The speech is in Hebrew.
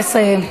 נא לסיים.